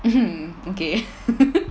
mmhmm okay